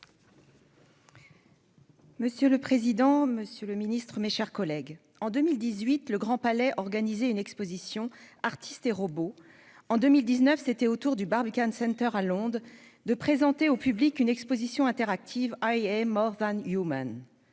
Monsieur le président, monsieur le ministre, mes chers collègues, en 2018, le Grand Palais organisait une exposition intitulée « Artistes & Robots ». En 2019, c'était au tour du Barbican Centre, à Londres, de présenter au public une exposition interactive intitulée «».